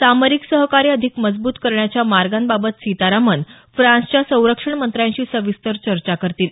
सामरिक सहकार्य अधिक मजबूत करण्याच्या मार्गांबाबत सीतारामन फ्रान्सच्या संरक्षण मंत्र्यांशी सविस्तर चर्चा करतील